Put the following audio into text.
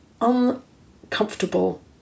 uncomfortable